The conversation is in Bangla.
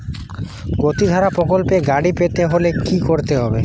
গতিধারা প্রকল্পে গাড়ি পেতে হলে কি করতে হবে?